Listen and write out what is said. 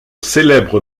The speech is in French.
célèbre